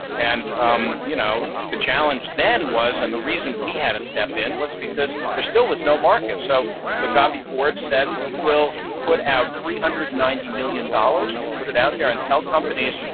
and um you know the challenge then was, and the reason we had to step in, was because there still was no market. so the gavi board said, we will put out three hundred and ninety million dollars. we'll put it out there and tell companies,